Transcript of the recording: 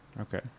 Okay